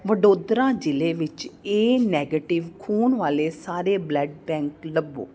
ਵਡੋਦਰਾ ਜ਼ਿਲ੍ਹੇ ਵਿੱਚ A negative ਖੂਨ ਵਾਲੇ ਸਾਰੇ ਬਲੱਡ ਬੈਂਕ ਲੱਭੋ